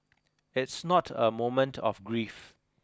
it's not a moment of grief